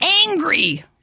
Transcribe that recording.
angry